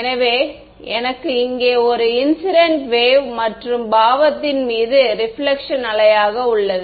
எனவே எனக்கு இங்கே ஒரு இன்சிடென்ட் வேவ் மற்றும் பாவத்தின் மீது ரிபிலக்ஷன் அலையாக உள்ளது